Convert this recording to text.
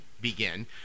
begin